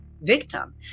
victim